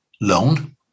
loan